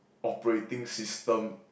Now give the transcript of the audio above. operating system